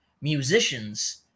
musicians